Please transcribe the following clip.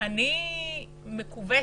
אני מכווצת.